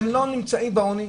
הן לא נמצאות בעוני.